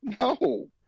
No